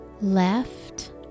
left